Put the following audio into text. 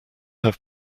have